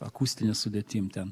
akustine sudėtim ten